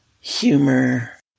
humor